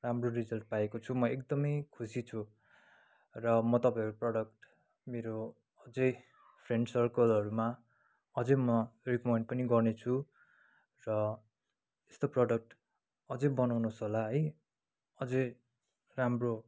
राम्रो रिजल्ट पाएको छु म एकदमै खुसी छु र म तपाईँहरूको प्रोडक्ट मेरो अझै फ्रेन्ड सर्कलहरूमा अझै म रिकमेन्ड पनि गर्नेछु र यस्तो प्रोडक्ट अझै बनाउनुहोस् होला है अझै राम्रो